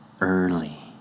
early